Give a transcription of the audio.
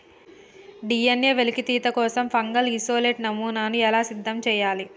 DNA వెలికితీత కోసం fungal isolate నమూనాను ఎలా సిద్ధం చెయ్యాలి?